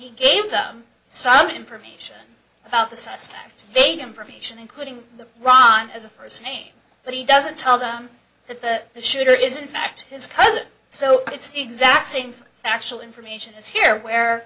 he gave them some information about the suspect date information including the run as a person name but he doesn't tell them that the shooter is in fact his cousin so it's the exact same from actual information is here where